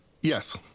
Yes